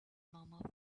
murmur